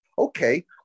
okay